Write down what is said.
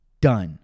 done